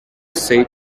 said